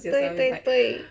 对对对